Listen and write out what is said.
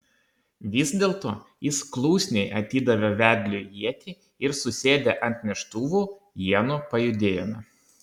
vis dėlto jis klusniai atidavė vedliui ietį ir susėdę ant neštuvų ienų pajudėjome